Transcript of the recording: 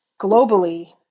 globally